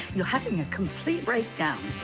you're having a complete breakdown.